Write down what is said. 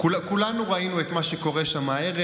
כולנו ראינו את מה שקורה שם הערב.